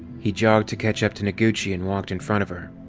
he jogged to catch up to noguchi and walked in front of her.